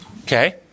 Okay